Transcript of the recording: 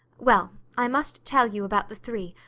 well, i must tell you about the three,